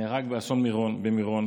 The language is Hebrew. שנהרג באסון מירון,